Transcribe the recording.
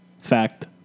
Fact